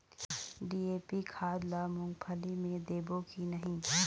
DAP खाद ला मुंगफली मे देबो की नहीं?